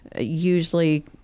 usually